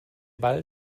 ball